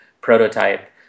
prototype